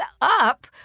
up